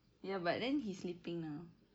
ya but then he's sleeping now